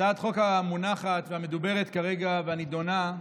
הצעת החוק המונחת והמדוברת והנדונה כרגע,